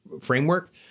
framework